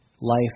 Life